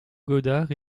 goddard